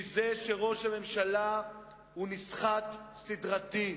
מזה שראש הממשלה הוא נסחט סדרתי.